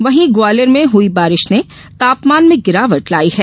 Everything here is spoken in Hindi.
वहीं ग्वालियर में हुई बारिश ने तापमान में गिरावट लाई है